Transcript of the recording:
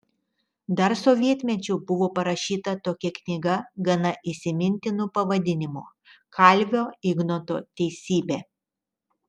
dar sovietmečiu buvo parašyta tokia knyga gana įsimintinu pavadinimu kalvio ignoto teisybė